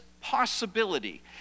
possibility